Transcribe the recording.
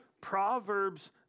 Proverbs